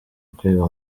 kwiga